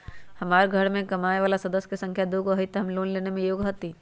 हमार घर मैं कमाए वाला सदस्य की संख्या दुगो हाई त हम लोन लेने में योग्य हती?